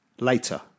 later